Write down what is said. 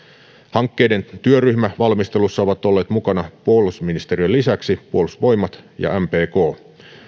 hankkeiden työryhmävalmistelussa ovat olleet mukana puolustusministeriön lisäksi puolustusvoimat ja mpk